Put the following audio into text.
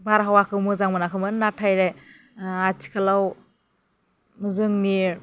बारहावाखौ मोजां मोनाखैमोन नाथाय आथिखालाव जोंनि